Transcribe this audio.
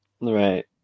Right